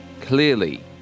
Clearly